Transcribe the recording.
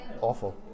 awful